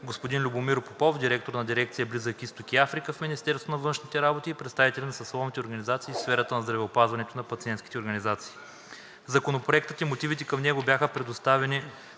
господин Любомир Попов, директор на дирекция „Близък Изток и Африка“ в Министерството на външните работи, представители на съсловните организации в сферата на здравеопазването и на пациентските организации. Законопроектът и мотивите към него бяха представени